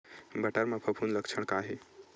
बटर म फफूंद के लक्षण का हे?